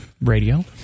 radio